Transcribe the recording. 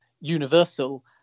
Universal